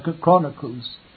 Chronicles